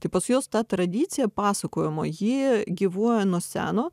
tai pas juos ta tradicija pasakojimo ji gyvuoja nuo seno